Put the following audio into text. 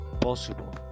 possible